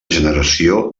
generació